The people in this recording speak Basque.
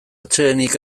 atsedenik